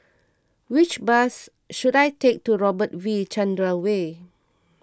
which bus should I take to Robert V Chandran Way